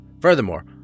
Furthermore